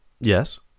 Yes